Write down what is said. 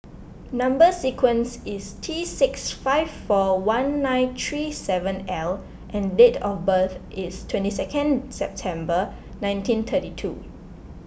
Number Sequence is T six five four one nine three seven L and date of birth is twenty second September nineteen thirty two